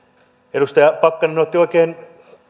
edustaja pakkanen otti oikein